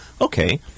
Okay